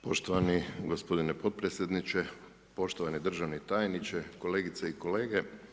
Poštovani gospodine potpredsjedniče, poštovani državni tajniče, kolegice i kolege.